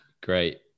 great